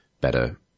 better